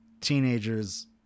teenagers